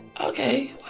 okay